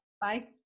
Bye